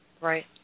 Right